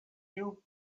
you